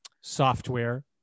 software